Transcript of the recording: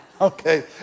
Okay